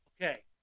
Okay